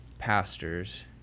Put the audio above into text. Pastors